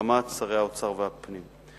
בהסכמת שרי האוצר והפנים.